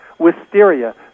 wisteria